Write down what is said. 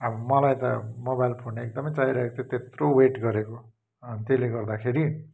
अब मलाई त मोबाइल फोन एकदमै चाहिरहेको थियो त्यत्रो वेट गरेको त्यसले गर्दाखेरि